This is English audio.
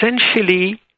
essentially